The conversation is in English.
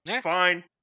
fine